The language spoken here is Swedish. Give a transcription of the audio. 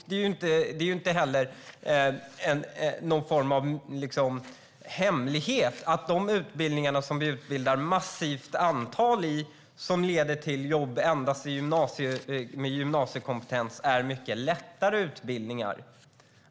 Det är inte någon hemlighet att de utbildningar där vi utbildar ett massivt antal och som leder till jobb endast med gymnasiekompetens är mycket lättare utbildningar.